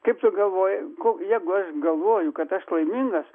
kaip tu galvoji jeigu aš galvoju kad aš laimingas